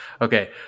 Okay